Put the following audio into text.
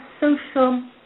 social